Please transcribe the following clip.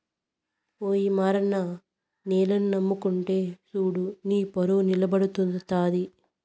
ఓయి మారన్న నేలని నమ్ముకుంటే సూడు నీపరువు నిలబడతది